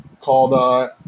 called